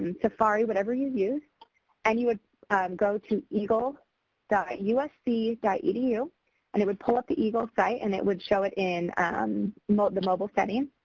and safari whatever you use and you would go to eagle dot usc dot edu and it would pull up the eagle site and it would show it in um the mobile setting.